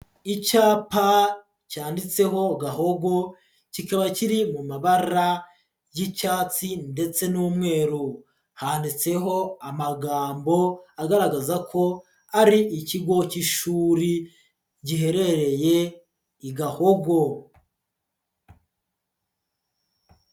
Icyapa cyanditseho Gahogo, kikaba kiri mu mabara y'icyatsi ndetse n'umweru, handitseho amagambo agaragaza ko ari ikigo cy'ishuri giherereye i Gahogo.